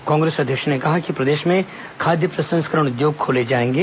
कांग्रेस अध्यक्ष ने कहा कि प्रदेश में खाद्य प्रसंस्करण उद्योग खोले जाएंगे